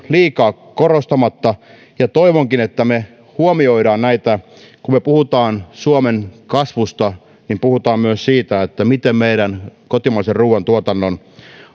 liikaa ja toivonkin että me huomioimme näitä kun me puhumme suomen kasvusta niin puhumme myös siitä miten meidän kotimaisen ruoantuotannon